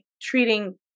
treating